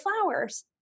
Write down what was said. flowers